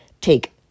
take